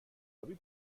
آبی